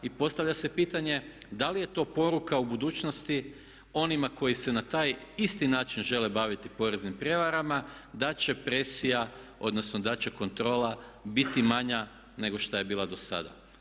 I postavlja se pitanje da li je to poruka u budućnosti onima koji se na taj isti način žele baviti poreznim prijevarama, da će presija, odnosno da će kontrola biti manja nego što je bila do sada.